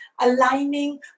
aligning